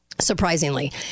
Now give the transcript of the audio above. surprisingly